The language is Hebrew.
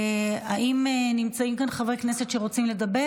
האם נמצאים כאן חברי כנסת שרוצים לדבר?